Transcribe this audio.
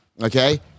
okay